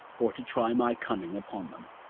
or to try my cunning upon them.